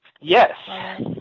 Yes